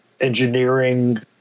engineering